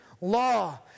law